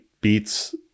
beats